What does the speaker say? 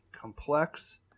complex